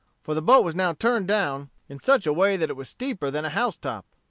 for the boat was now turned down in such a way that it was steeper than a house-top.